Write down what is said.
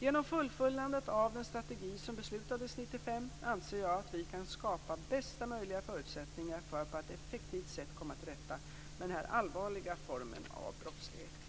Genom fullföljandet av den strategi som beslutades 1995 anser jag att vi kan skapa bästa möjliga förutsättningar för att på ett effektivt sätt komma till rätta med den här allvarliga formen av brottslighet.